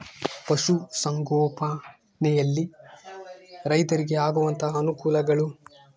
ಪಶುಸಂಗೋಪನೆಯಲ್ಲಿ ರೈತರಿಗೆ ಆಗುವಂತಹ ಅನುಕೂಲಗಳು?